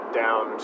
down